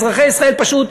אזרחי ישראל פשוט,